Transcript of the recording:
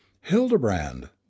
Hildebrand